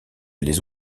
les